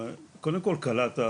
קודם כל קלטת